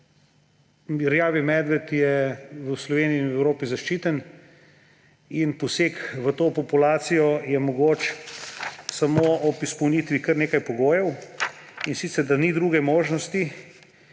Rjavi medved je v Sloveniji in Evropi zaščiten in poseg v to populacijo je mogoč samo ob izpolnitvi kar nekaj pogojev; in sicer da ni druge možnosti,